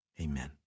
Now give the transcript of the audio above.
Amen